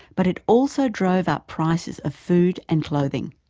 but it also drove up prices of food and clothing.